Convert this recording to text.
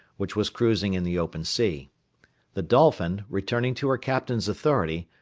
which was cruising in the open sea the dolphin, returning to her captain's authority,